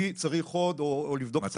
מי צריך עוד או לבדוק.